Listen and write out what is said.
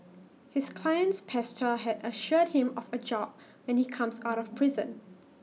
his client's pastor has assured him of A job when he comes out of prison